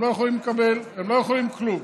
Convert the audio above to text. הם לא יכולים לקב,; הם לא יכולים כלום.